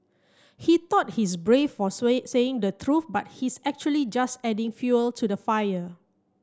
he thought he's brave for saying the truth but he's actually just adding fuel to the fire